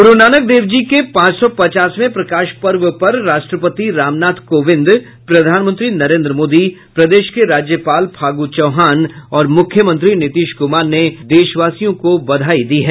गूरु नानक देव जी की पांच सौ पचासवें प्रकाश पर्व पर राष्ट्रपति रामनाथ कोविंद प्रधानमंत्री नरेन्द्र मोदी प्रदेश के राज्यपाल फागु चौहान और मुख्यमंत्री नीतीश कुमार ने देशवासियों को बधाई दी है